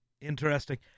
interesting